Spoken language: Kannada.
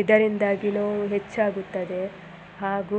ಇದರಿಂದಾಗಿ ನೋವು ಹೆಚ್ಚಾಗುತ್ತದೆ ಹಾಗೂ